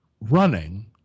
running